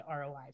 ROI